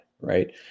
Right